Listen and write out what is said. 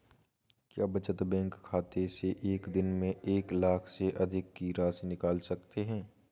क्या बचत बैंक खाते से एक दिन में एक लाख से अधिक की राशि निकाल सकते हैं?